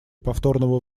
повторного